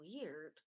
weird